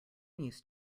used